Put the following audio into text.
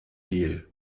gel